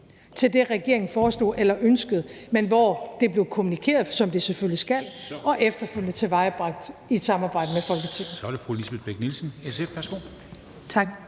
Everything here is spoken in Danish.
til det, regeringen foreslog eller ønskede, men hvor det blev kommunikeret, som det selvfølgelig skal, og efterfølgende tilvejebragt i samarbejde med Folketinget.